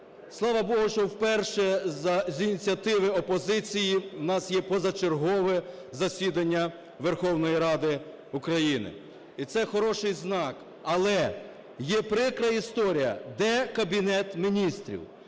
слава Богу, що вперше з ініціативи опозиції в нас є позачергове засідання Верховної Ради України. І це хороший знак, але є прикра історія. Де Кабінет Міністрів?